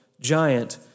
giant